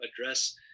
address